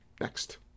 Next